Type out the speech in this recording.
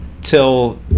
till